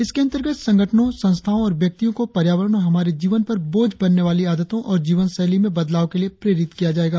इसके अंतर्गत संगठनों संस्थाओं और व्यक्तियों को पर्यावरण और हमारे जीवन पर बोझ बनने वाली आदतों और जीवशैली में बदलाव के लिए पेरित किया जाएगा